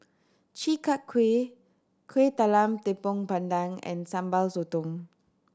Chi Kak Kuih Kueh Talam Tepong Pandan and Sambal Sotong